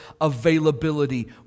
availability